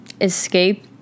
escape